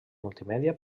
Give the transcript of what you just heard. multimèdia